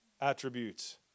attributes